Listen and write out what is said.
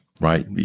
right